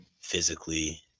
physically